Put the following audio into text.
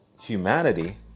humanity